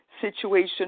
situation